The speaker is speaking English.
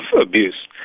abuse